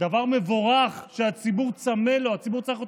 דבר מבורך, שהציבור צמא לו, הציבור צריך אותו.